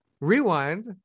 rewind